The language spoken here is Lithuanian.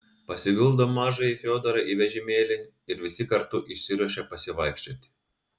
pasiguldo mažąjį fiodorą į vežimėlį ir visi kartu išsiruošia pasivaikščioti